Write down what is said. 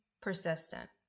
persistent